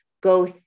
go